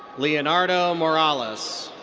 leonardo morales.